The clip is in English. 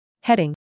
Heading